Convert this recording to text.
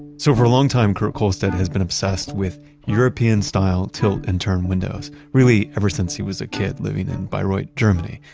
so for a long time, kurt kohlstedt has been obsessed with european-style tilt and turn windows. really ever since he was a kid living in byron, germany.